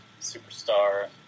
superstar